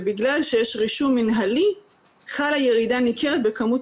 בגלל שיש רישום מנהלי חלה ירידה ניכרת בכמות